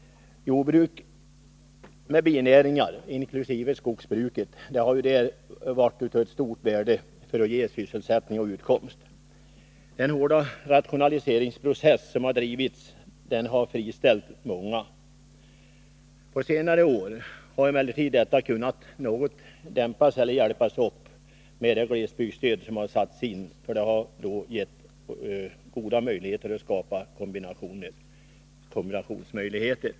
Jordbruk med binäringar, inkl. skogsbruket, har i glesbygderna varit av stort värde för att ge sysselsättning och utkomst. Den hårda rationaliseringsprocess som har drivits har friställt många. På senare år har emellertid denna utveckling kunnat dämpas något tack vare det särskilda glesbygdsstöd som har satts in för att skapa kombinationsmöjligheter.